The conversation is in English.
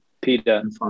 Peter